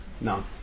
No